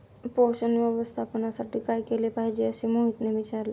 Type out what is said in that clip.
पोषण व्यवस्थापनासाठी काय केले पाहिजे असे मोहितने विचारले?